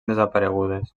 desaparegudes